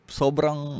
sobrang